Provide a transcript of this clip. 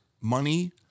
Money